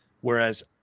Whereas